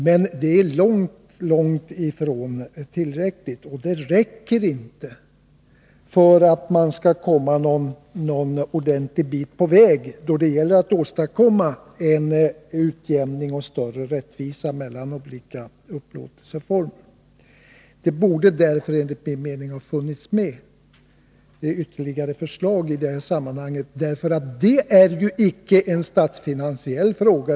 Men den här ändringen räcker inte för att man skall komma någon ordentlig bit på väg då det gäller att åstadkomma en utjämning och större rättvisa mellan olika upplåtelseformer. Det borde därför enligt min mening ha funnits med ytterligare förslag i det här sammanhanget. Här är det inte heller någon statsfinansiell fråga.